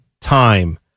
time